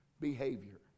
behavior